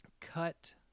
cut